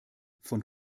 von